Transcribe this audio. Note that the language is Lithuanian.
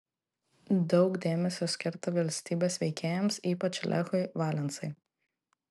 daug dėmesio skirta valstybės veikėjams ypač lechui valensai